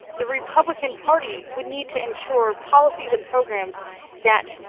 the republican party would need to ensure policies and programs that,